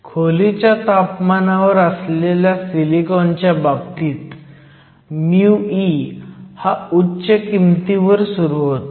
खोलीच्या तापमानावर असलेल्या सिलिकॉनच्या बाबतीत μe हा उच्च किमतीवर सुरू होतो